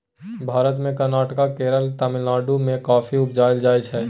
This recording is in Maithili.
भारत मे कर्नाटक, केरल आ तमिलनाडु मे कॉफी उपजाएल जाइ छै